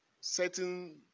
Certain